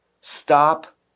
stop